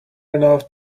enough